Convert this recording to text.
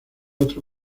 otro